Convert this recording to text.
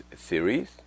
series